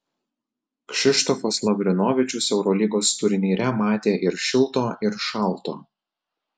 kšištofas lavrinovičius eurolygos turnyre matė ir šilto ir šalto